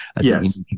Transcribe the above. yes